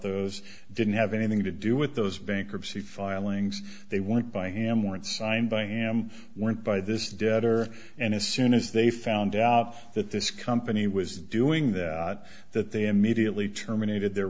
those didn't have anything to do with those bankruptcy filings they want by ham warrant signed by am went by this debtor and as soon as they found out that this company was doing that that they immediately terminated their